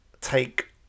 take